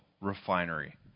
refinery